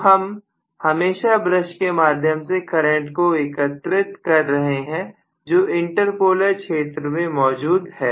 तो हम हमेशा ब्रश के माध्यम से करंट को एकत्रित कर रहे हैं जो इंटरपोलर क्षेत्र में मौजूद है